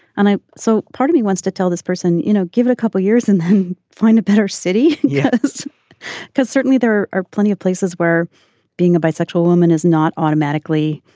and ah so part of me wants to tell this person you know give it a couple of years and then find a better city. yes because certainly there are plenty of places where being a bisexual woman is not automatically